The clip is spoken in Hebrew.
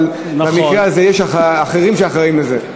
אבל במקרה הזה יש אחרים שאחראים לזה.